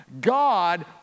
God